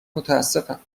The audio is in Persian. متاسفم